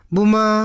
Buma